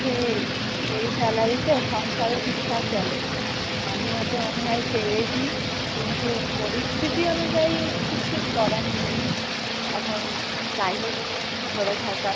সেই এই স্যালারিতে সংসারও ঠিকঠাক চলে না মাঝে মধ্যে মনে হয় ছেড়েই দিই কিন্তু পরিস্থিতি অনুযায়ী কিচ্ছু করার নেই এখন যাই হোক ধরে থাকা